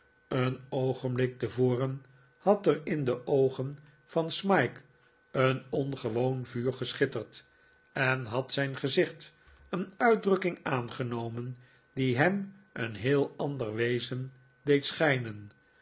een oogenblik tevoren had er in de oogen van smike een ongewoon vuur geschitterd en had zijn gezicht een uitdrukking aangenomen die hem een heel ander wezen deed schijnen